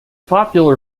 popular